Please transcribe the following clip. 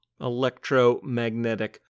electromagnetic